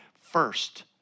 first